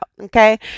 okay